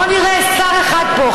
בואו נראה שר אחד פה,